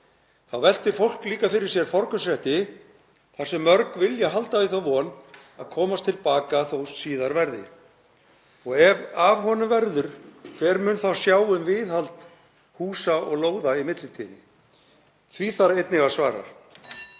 Þá veltir fólk líka fyrir sér forkaupsrétti þar sem mörg vilja halda í þá von að komast til baka þótt síðar verði, og ef af honum verður, hver muni sjá um viðhald húsa og lóða í millitíðinni. Því þarf einnig að svara